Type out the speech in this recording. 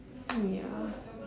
mm ya